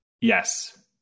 Yes